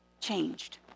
Changed